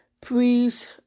please